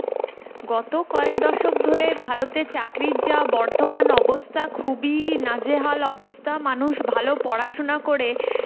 গত কয়েক দশক ধরে ভারতে চাকরির যা বর্তমান অবস্থা খুবই নাজেহাল অবস্থা মানুষ ভালো পড়াশোনা করে